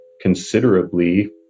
considerably